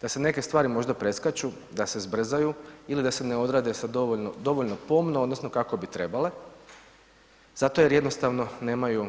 Da se neke stvari možda preskaču, da se zbrzaju, ili da se ne odrade sa dovoljno pomno odnosno kako bi trebale zato jer jednostavno nemaju